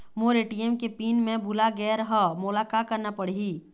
मोर ATM के PIN मैं भुला गैर ह, मोला का करना पढ़ही?